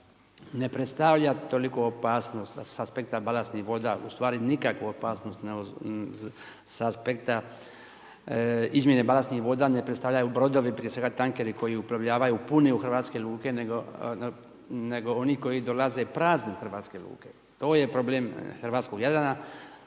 ne predstavlja toliku opasnost sa aspekta balastnih voda, u stvari nikakvu opasnost sa aspekta izmjene balastnih voda ne predstavljaju brodovi, prije svega tankeri koji uplovljavaju puni u hrvatske luke nego oni koji dolaze prazni u hrvatske luke. To je problem hrvatskog Jadrana,